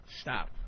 Stop